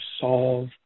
solve